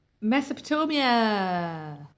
Mesopotamia